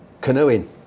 canoeing